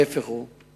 ההיפך הוא הנכון.